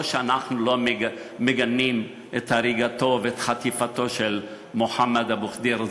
לא שאנחנו לא מגנים את הריגתו ואת חטיפתו של מוחמד אבו ח'דיר,